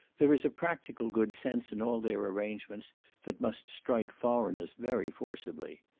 there is a practical good sense in all their arrangements that must strike foreigners very forcibly.